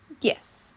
Yes